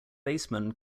baseman